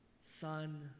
son